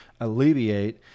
alleviate